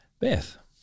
Beth